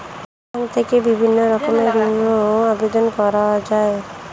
bank থেকে বিভিন্ন রকমের ঋণের আবেদন করা যায়